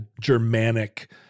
Germanic